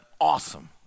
awesome